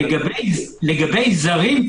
לגבי זרים,